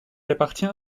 appartient